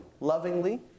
lovingly